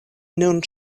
nun